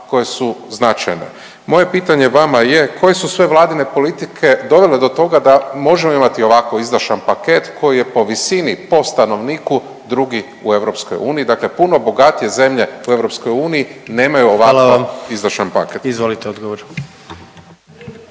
Hvala lijepa. Izvolite odgovor.